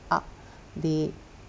art they